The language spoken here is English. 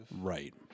Right